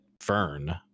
fern